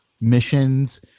missions